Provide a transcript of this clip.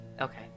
Okay